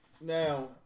Now